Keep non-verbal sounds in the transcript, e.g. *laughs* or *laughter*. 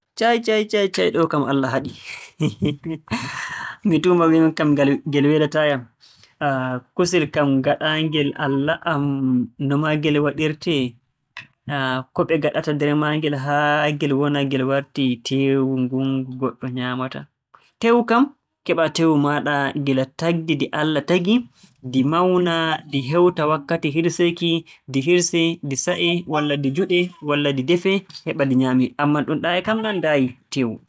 Cay! cay!! cay!!! Ɗo'o kam Allah haɗii. *laughs* Mi tuuma min kam ngal- ngel welataa yam. *hesitation* Kusel kam gaɗaangel, Allah-m. *noise* No maa ngel waɗirtee? *hesitation* Ko ɓe ngaɗata nder maagel haa ngel wona ngel wartii teewu ngun ngu goɗɗo nyaamata. Teewu kam, keɓaa teewu maaɗa gila tagdi ndi Allah tagi. Ndi mawna, ndi heewta wakkati hiirseeki, ndi hiirsee, ndi sa'ee, walla ndi juɗee, *noise* walla ndi defee. Ammaa ɗunɗaa'e *noise* kam nanndaayi teewu.